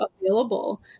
available